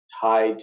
tied